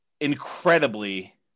incredibly